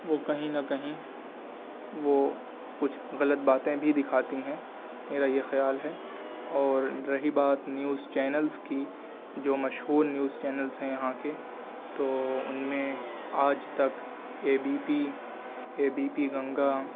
وہ کہیں نا کہیں وہ کچھ غلط باتیں بھی دکھاتی ہیں میرا یہ خیال ہے اور رہی بات نیوز چینلس کی جو مشہور نیوز چینلس ہیں یہاں کے تو ان میں آج تک A B P A B P Ganga